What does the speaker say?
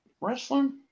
Wrestling